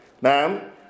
Ma'am